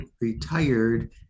retired